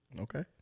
Okay